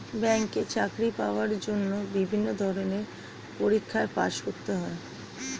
ব্যাংকে চাকরি পাওয়ার জন্য বিভিন্ন ধরনের পরীক্ষায় পাস করতে হয়